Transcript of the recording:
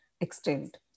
extent